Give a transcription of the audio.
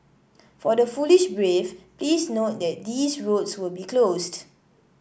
for the foolish brave please note that these roads will be closed